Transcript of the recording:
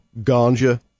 ganja